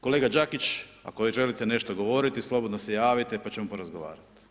Kolega Đakić, ako već želite nešto govoriti, slobodno se javite pa ćemo porazgovarati.